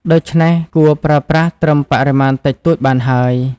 ដូច្នេះ គួរប្រើប្រាស់ត្រឹមបរិមាណតិចតួចបានហើយ។